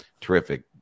terrific